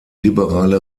liberale